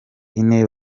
ine